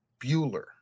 Bueller